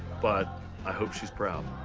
but i hope she's proud.